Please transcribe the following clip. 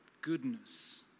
goodness